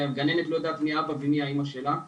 והגננת לא יודעת מי אבא ומי אמא שלה.